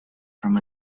from